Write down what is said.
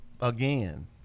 again